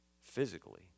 physically